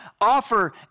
offer